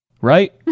Right